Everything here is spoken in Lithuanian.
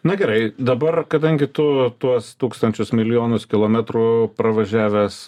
na gerai dabar kadangi tu tuos tūkstančius milijonus kilometrų pravažiavęs